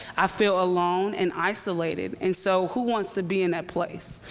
i feel alone and isolated. and so who wants to be in that place?